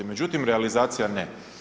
Međutim, realizacija ne.